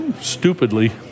stupidly